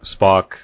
Spock